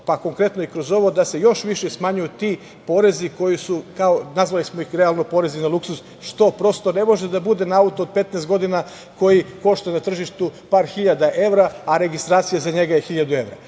pa konkretno i kroz ovo da se još više smanjuju ti porezi koji su, nazvali smo ih realno porezi na luksuz, što prosto ne može da bude na auto od 15 godina, koji košta na tržištu par hiljada evra, a registracija za njega je 1.000 evra.